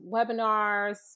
webinars